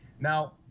Now